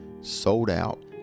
sold-out